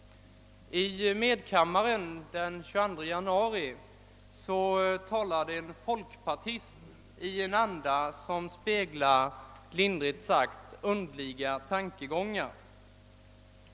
I medkammaren talade en folkpartist den 22 januari i en anda som speglade, lindrigt sagt, underliga tankegångar.